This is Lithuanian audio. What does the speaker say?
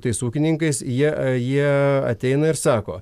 tais ūkininkais jie jie ateina ir sako